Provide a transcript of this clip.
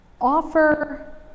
offer